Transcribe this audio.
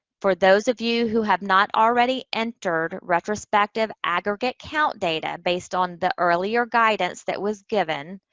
for those of you who have not already entered retrospective aggregate count data based on the earlier guidance that was given,